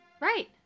Right